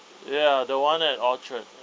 ya the one at orchard